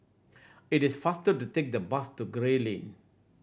it is faster to take the bus to Gray Lane